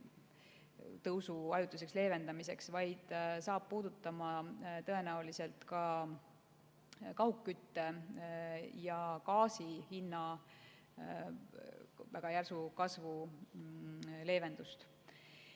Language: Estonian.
tõusu ajutiseks leevendamiseks, vaid puudutab tõenäoliselt ka kaugkütte ja gaasi hinna väga järsu tõusu leevendust. Kolmas